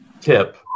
tip